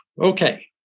okay